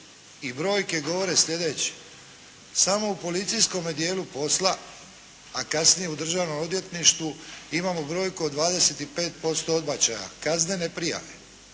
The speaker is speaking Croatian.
i brojke govore sljedeće. Samo u policijskome dijelu posla, a kasnije u državnom odvjetništvu imamo brojku od 25% odbačaja kaznene prijave.